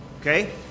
Okay